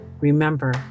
remember